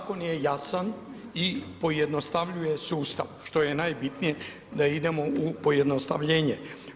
zakon je jasan i pojednostavljuje sustav, što je najbitnije, da idemo u pojednostavljenje.